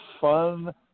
fun